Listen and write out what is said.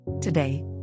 Today